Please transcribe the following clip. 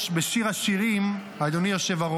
אגב איילת השחר, יש בשיר השירים, אדוני היושב-ראש,